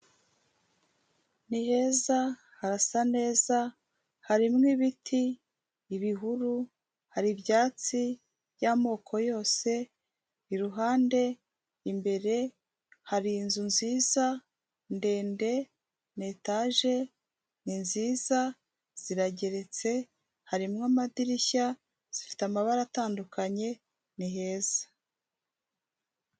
Ni heza harasa neza harimo ibiti ibihuru hari ibyatsi by'amoko yose iruhande imbere hari inzu nziza ndende me etage ni nziza zirageretse harimo amadirishya zifite amabara atandukanye ni heza.